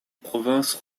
province